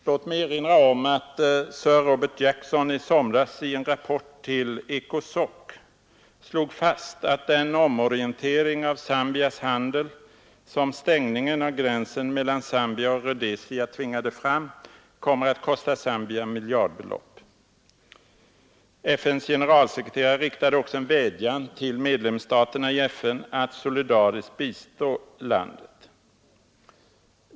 Låt mig erinra om att Sir Robert Jackson i somras i en rapport till ECOSOC slog fast att den omorientering av Zambias handel som stängningen av gränsen mellan Zambia och Rhodesia tvingade fram kommer att kosta Zambia miljardbelopp. FN:s generalsekreterare riktade också en vädjan till medlemsstaterna i FN att bistå landet.